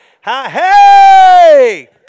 Hey